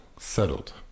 Settled